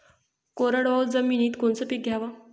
कोरडवाहू जमिनीत कोनचं पीक घ्याव?